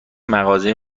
مغازه